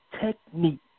technique